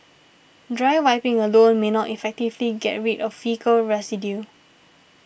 dry wiping alone may not effectively get rid of faecal residue